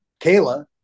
Kayla